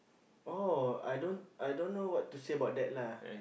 oh I don't I don't know what to say about that lah